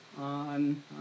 on